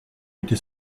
étais